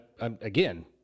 again